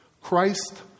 Christ